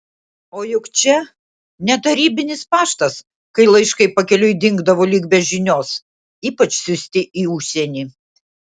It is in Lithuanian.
o juk čia ne tarybinis paštas kai laiškai pakeliui dingdavo lyg be žinios ypač siųsti į užsienį